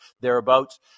thereabouts